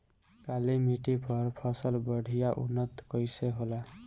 काली मिट्टी पर फसल बढ़िया उन्नत कैसे होला?